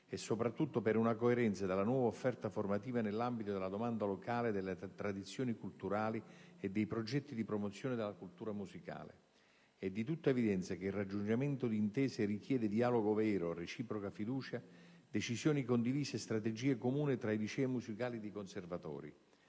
e, soprattutto, per una coerenza della nuova offerta formativa nell'ambito della domanda locale, delle tradizioni culturali e dei progetti di promozione della cultura musicale. È di tutta evidenza che il raggiungimento di intese richiede dialogo vero, reciproca fiducia, decisioni condivise e strategie comuni tra licei musicali e conservatori;